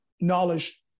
knowledge